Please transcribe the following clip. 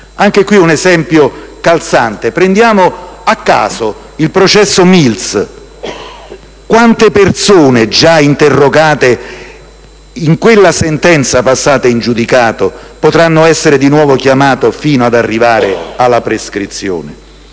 individuare un esempio calzante. Prendiamo, a caso, il processo Mills: quante persone già interrogate in quella sentenza passata in giudicato potranno essere di nuovo chiamate fino ad arrivare alla prescrizione?